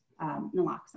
naloxone